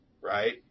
right